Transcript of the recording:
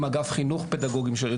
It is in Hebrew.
עם אגף חינוך פדגוגי משלה,